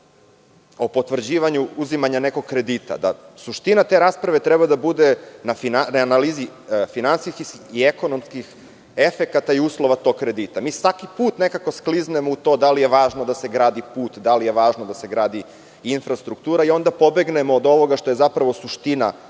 o potvrđivanju uzimanja nekog kredita, da suština te rasprave treba da bude na analizi finansijskih i ekonomskih efekata i uslova tog kredita. Mi svaki put nekako skliznemo u to da li je važno da se gradi put, da li je važno da se gradi infrastruktura i onda pobegnemo od ovoga što je zapravo suština